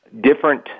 different –